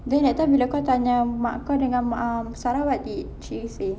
then that time bila kau tanya mak kau dengan mak um sarah what did she say